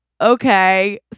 okay